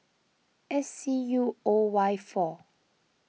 S C U O Y four